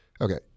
Okay